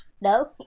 No